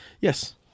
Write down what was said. Yes